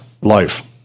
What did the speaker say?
life